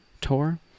tour